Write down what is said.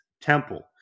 Temple